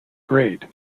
grade